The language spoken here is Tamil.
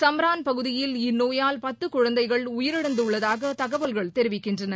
சும்ரான் பகுதியில் இந்நோயால் பத்து குழந்தைகள் உயிரிழந்துள்ளதாக தகவல்கள் தெரிவிக்கின்றன